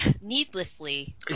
needlessly